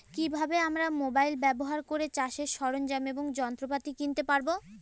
কি ভাবে আমরা মোবাইল ব্যাবহার করে চাষের সরঞ্জাম এবং যন্ত্রপাতি কিনতে পারবো?